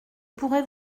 pourrai